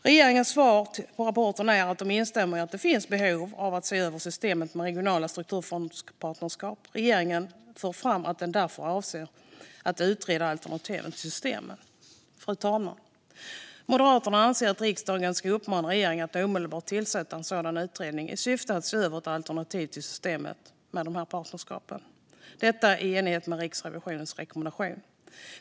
Regeringens svar på rapporten är att man instämmer i att det finns ett behov av att se över systemet med regionala strukturfondspartnerskap. Regeringen för fram att man därför avser att utreda alternativ till systemet. Fru talman! Moderaterna anser att riksdagen ska uppmana regeringen att omedelbart tillsätta en utredning i syfte att se över ett alternativ till systemet med partnerskapen, i enlighet med Riksrevisionens rekommendationer.